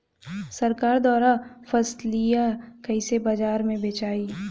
सरकार द्वारा फसलिया कईसे बाजार में बेचाई?